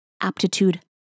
Aptitude